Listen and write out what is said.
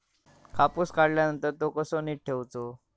कापूस काढल्यानंतर तो कसो नीट ठेवूचो?